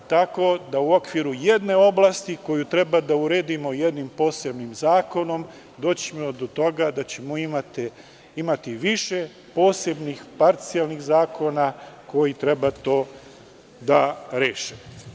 U okviru jedne oblasti koju treba da uredimo jednim posebnim zakonom, doći ćemo do toga da ćemo imati više posebnih, parcijalnih zakona koji treba to da reše.